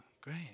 great